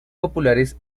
populares